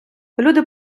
люди